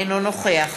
אינו נוכח